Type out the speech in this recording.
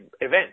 event